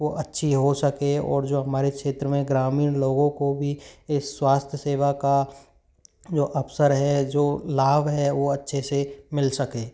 वो अच्छी हो सके और जो हमारे क्षेत्र में ग्रामीण लोगों को भी एक स्वास्थ्य सेवा का जो अवसर है जो लाभ है वो अच्छे से मिल सके